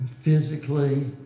physically